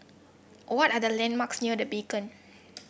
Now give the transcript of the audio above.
what are the landmarks near The Beacon